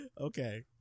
Okay